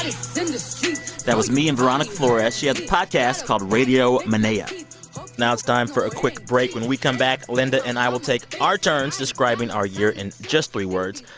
so the street that was me and veronica flores. she has a podcast called radio menea now it's time for a quick break. when we come back, linda and i will take our turns describing our year in just three words.